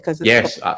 Yes